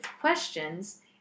questions